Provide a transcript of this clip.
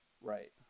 Right